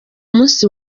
munsi